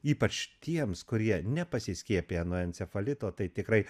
ypač tiems kurie nepasiskiepiję nuo encefalito tai tikrai